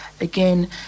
again